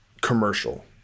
commercial